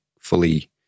fully